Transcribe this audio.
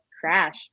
crash